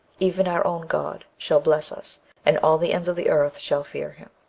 even our own god, shall bless us and all the ends of the earth shall fear him.